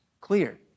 clear